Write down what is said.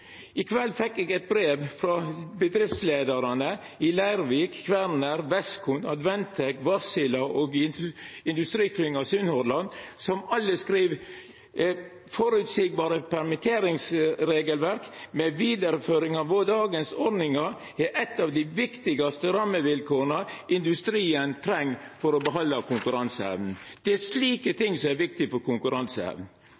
I kveld fekk eg eit brev frå bedriftsleiarar i Leirvik AS, Kværner, Westcon, Advantec, Wärtsilä og Industriklynga i Sunnhordland, som skriv at føreseieleg permitteringsregelverk med vidareføring av dagens ordningar, er eitt av dei viktigaste rammevilkåra industrien treng for å behalda konkurranseevna. Det er slike